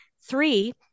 Three